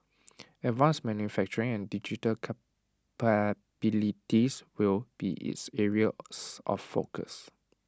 advanced manufacturing and digital capabilities will be its areas of focus